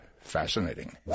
fascinating